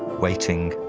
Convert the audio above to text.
waiting,